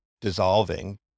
dissolving